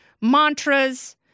mantras